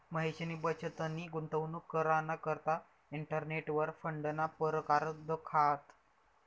महेशनी बचतनी गुंतवणूक कराना करता इंटरनेटवर फंडना परकार दखात